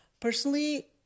personally